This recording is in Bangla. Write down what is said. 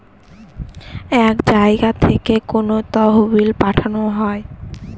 এক জায়গা থেকে কোনো তহবিল পাঠানো হয়